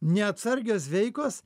neatsargios veikos